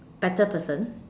better person